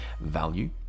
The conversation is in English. value